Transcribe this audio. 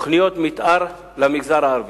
תוכניות מיתאר למגזר הערבי.